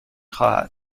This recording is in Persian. خواهد